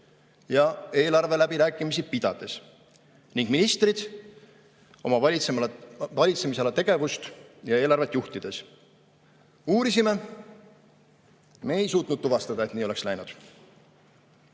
ja eelarveläbirääkimisi pidades ning ministrid oma valitsemisala tegevust ja eelarvet juhtides. Uurisime, aga me ei ole suutnud tuvastada, et see oleks nii läinud.